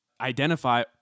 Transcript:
identify